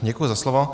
Děkuji za slovo.